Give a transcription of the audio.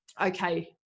okay